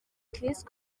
chris